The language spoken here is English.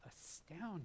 astounding